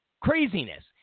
craziness